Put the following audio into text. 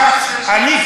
אני,